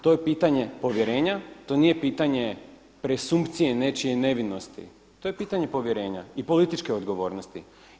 To je pitanje povjerenja, to nije pitanje presumpcije nečije nevinosti, to je pitanje povjerenja i političke odgovornosti.